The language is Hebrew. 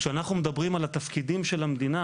כשאנחנו מדברים על התפקידים של המדינה,